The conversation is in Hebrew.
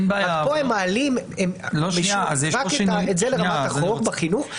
פה הם מעלים לרמת החוק בחינוך,